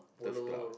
turf club